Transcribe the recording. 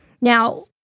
Now